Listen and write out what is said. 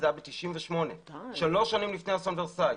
זה היה ב-98, שלוש שנים לפני אסון ורסאי.